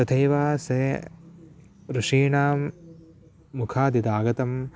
तथैव सः ऋषीणां मुखाद् यद् आगतं